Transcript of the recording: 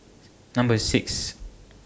Number six